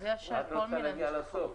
את כבר רוצה להגיע לסוף.